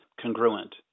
congruent